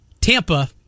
Tampa